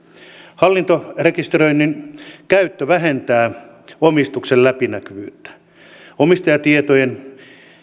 hallintarekisteröinnin käyttö vähentää omistuksen läpinäkyvyyttä omistajatietojen